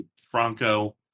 Franco